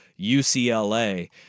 UCLA